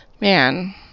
Man